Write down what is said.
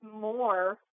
more